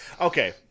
Okay